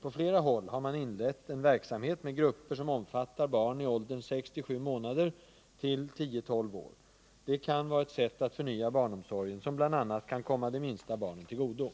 På flera håll har man inlett en verksamhet med grupper som omfattar barn i åldern sex-sju månader till tio-tolv år. Detta kan vara ett sätt att förnya barnomsorgen som bl.a. kan komma de minsta barnen till godo.